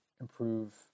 improve